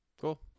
Cool